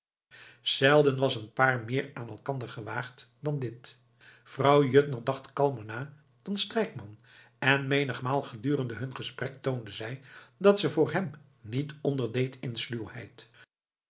zelden was een paar meer aan elkander gewaagd dan dit vrouw juttner dacht kalmer na dan strijkman en menigmaal gedurende hun gesprek toonde zij dat ze voor hem niet onderdeed in sluwheid